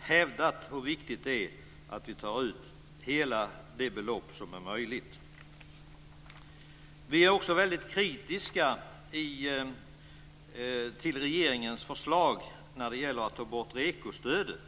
hävdat hur viktigt det är att ta ut hela det belopp som är möjligt. Vi är väldigt kritiska till regeringens förslag om att ta bort REKO-stödet.